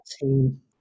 team